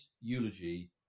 eulogy